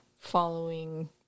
following